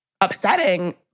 upsetting